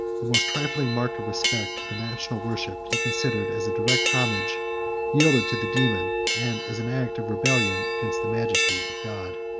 the most trifling mark of respect to the national worship he considered as a direct homage yielded to the daemon, and as an act of rebellion against the majesty of god.